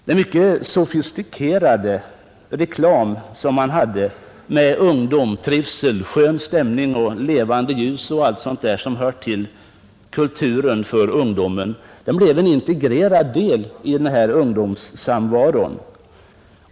Den mycket sofistikerade reklamen med ungdom, trivsel, skön stämning, levande ljus och allt sådant som hör ungdomskulturen till har bidragit till att mellanölet blivit en integrerad del av ungdomssamvaron.